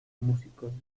músicos